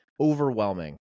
overwhelming